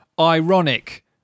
ironic